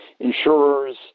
insurers